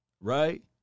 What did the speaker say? Right